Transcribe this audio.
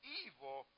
evil